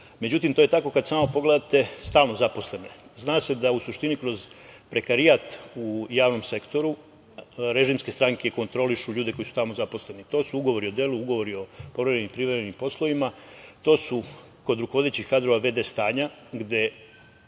pre.Međutim, to je tako kad samo pogledate stalno zaposlene. Zna se da u suštini kroz prekarijat u javnom sektoru režimske stranke kontrolišu ljude koji su tamo zaposleni. To su ugovori o delu, ugovori o povremenim i privremenim poslovima, to su kod rukovodećih kadrova v.d. stanja gde